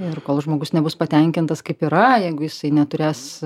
ir kol žmogus nebus patenkintas kaip yra jeigu jisai neturės